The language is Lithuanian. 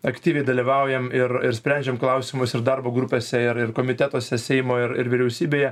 aktyviai dalyvaujam ir ir sprendžiam klausimus ir darbo grupėse ir ir komitetuose seimo ir ir vyriausybėje